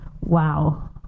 Wow